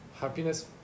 happiness